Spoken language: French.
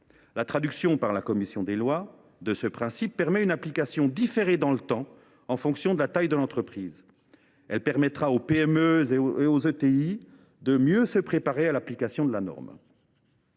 ce principe par la commission des lois permet une application différée dans le temps en fonction de la taille de l’entreprise. Elle permettra aux PME et aux ETI de mieux se préparer à l’application de la norme.